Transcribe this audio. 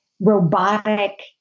robotic